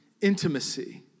intimacy